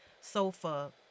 sofa